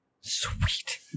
Sweet